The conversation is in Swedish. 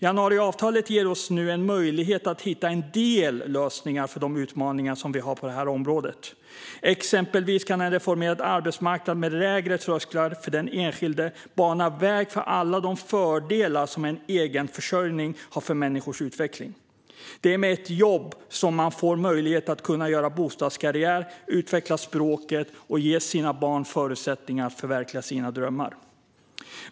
Januariavtalet ger oss nu en möjlighet att hitta en del lösningar för de utmaningar vi har på det här området. Exempelvis kan en reformerad arbetsmarknad med lägre trösklar för den enskilde bana väg för alla de fördelar som en egen försörjning har för människors utveckling. Det är med ett jobb som man får möjlighet att göra bostadskarriär, utveckla språket och ge sina barn förutsättningar att förverkliga sina drömmar.